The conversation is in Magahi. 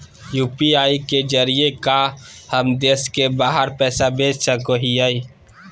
यू.पी.आई के जरिए का हम देश से बाहर पैसा भेज सको हियय?